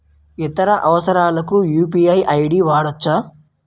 ఇతర అవసరాలకు UPI ID వాడవచ్చా?